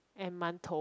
and mantou